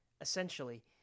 Essentially